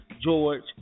George